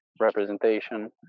representation